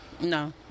No